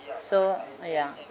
so ya